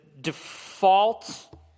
default